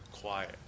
quiet